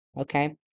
Okay